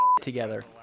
together